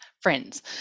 friends